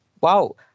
Wow